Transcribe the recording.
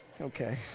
Okay